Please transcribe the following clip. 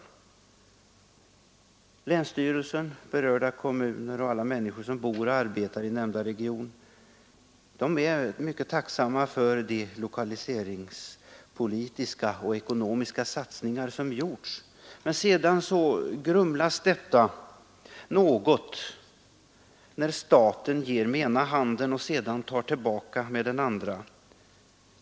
Länsstyrelsen, berörda kommuner och alla människor som bor och arbetar i denna region är mycket tacksamma för de lokaliseringspolitiska och ekonomiska satsningar som gjorts där. Dock grumlas detta intryck något när staten först ger med ena handen och sedan tar tillbaka med den andra.